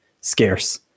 scarce